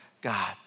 God